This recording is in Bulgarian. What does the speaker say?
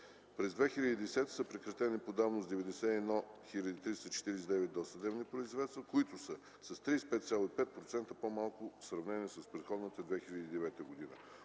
През 2010 г. са прекратени по давност 91 349 досъдебни производства, които са с 35,5% по-малко в сравнение с предходната година.